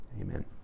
amen